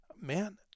Man